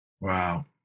Wow